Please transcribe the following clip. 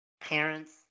parents